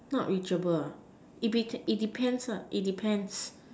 not reachable ah it dep~ it depends ah it depends